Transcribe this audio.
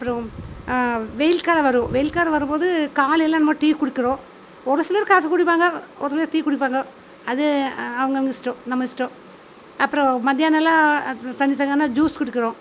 அப்பறம் வெயில் காலம் வரும் வெயில் காலம் வரும்போது காலையில் நம்ம டீ குடிக்கிறோம் ஒரு சிலர் காஃபி குடிப்பாங்க ஒரு சிலர் டீ குடிப்பாங்க அது அவங்கவங்க இஷ்ட்டம் நம்ம இஷ்ட்டம் அப்பறம் மதியானல்லாம் ஜூஸ் குடிக்கிறோம்